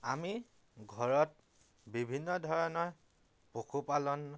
আমি ঘৰত বিভিন্ন ধৰণৰ পশুপালন